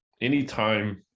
anytime